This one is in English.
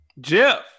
Jeff